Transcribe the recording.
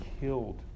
killed